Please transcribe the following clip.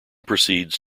proceeds